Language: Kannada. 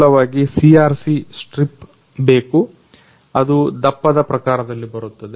ಮೂಲವಾಗಿ CRC ಸ್ಟ್ರಿಪ್ ಬೇಕು ಅದು ದಪ್ಪದ ಪ್ರಕಾರದಲ್ಲಿ ಬರುತ್ತದೆ